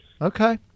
Okay